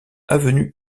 avenue